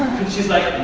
she's like,